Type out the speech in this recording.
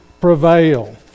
prevail